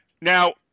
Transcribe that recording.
now